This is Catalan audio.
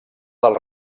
del